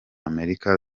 amerika